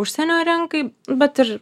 užsienio rinkai bet ir